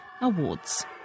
Awards